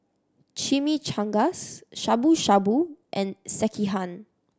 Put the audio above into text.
Chimichangas Shabu Shabu and Sekihan